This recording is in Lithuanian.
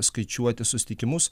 skaičiuoti susitikimus